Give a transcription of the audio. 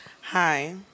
Hi